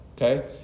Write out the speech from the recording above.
okay